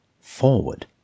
Forward